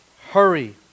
Hurry